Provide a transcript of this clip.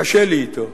קשה לי אתו.